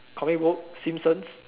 comic book Simpsons